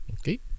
Okay